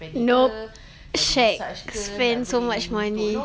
nope shag spend so much money